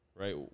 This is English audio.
right